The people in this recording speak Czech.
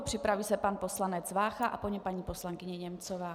Připraví se pan poslanec Vácha a po něm paní poslankyně Němcová.